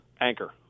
Anchor